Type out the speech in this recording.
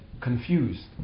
confused